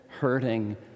hurting